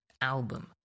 album